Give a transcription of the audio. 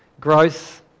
growth